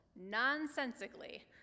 nonsensically